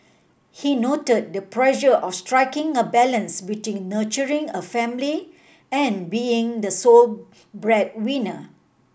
he noted the pressure of striking a balance between nurturing a family and being the sole breadwinner